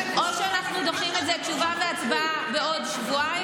או שאנחנו דוחים ויהיו תשובה והצבעה בעוד שבועיים,